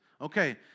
Okay